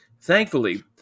thankfully